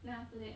then after that